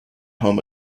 home